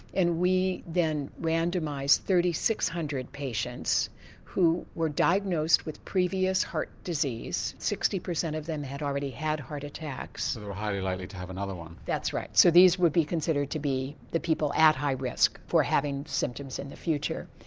and we then randomised three thousand six hundred patients who were diagnosed with previous heart disease, sixty percent of them had already had heart attacks. and were highly likely to have another one. that's right. so these would be considered to be the people at high risk for having symptoms in the future.